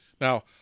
Now